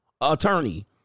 attorney